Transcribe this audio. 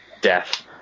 death